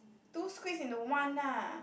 two squeeze into one lah